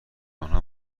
آنها